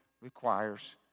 requires